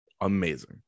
Amazing